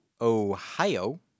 Ohio